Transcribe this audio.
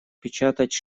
печатать